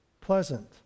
Pleasant